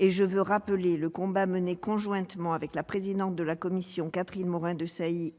je rappelle le combat mené conjointement par la présidente de notre commission, Catherine Morin-Desailly,